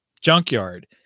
junkyard